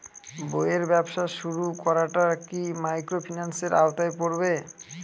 বইয়ের ব্যবসা শুরু করাটা কি মাইক্রোফিন্যান্সের আওতায় পড়বে?